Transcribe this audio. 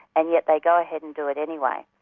and yet they go ahead and do it anyway.